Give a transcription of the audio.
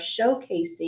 showcasing